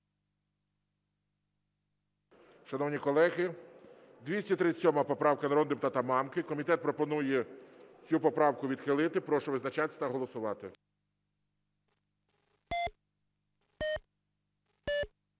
Шановні колеги, 237 поправка народного депутата Мамки. Комітет пропонує цю поправку відхилити. Прошу визначатися та голосувати.